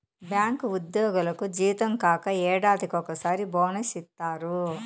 bank ఉద్యోగులకు జీతం కాక ఏడాదికి ఒకసారి బోనస్ ఇత్తారు